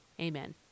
Amen